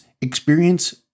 Experience